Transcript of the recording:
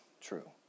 true